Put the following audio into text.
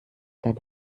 dann